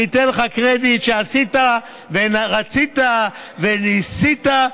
אני אתן לך קרדיט שעשית, ורצית, וניסית,